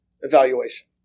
evaluation